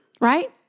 Right